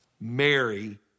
Mary